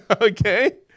Okay